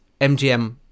MGM